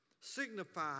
signify